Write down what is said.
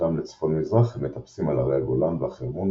התקדמותם לצפון-מזרח הם מטפסים על הרי הגולן והחרמון,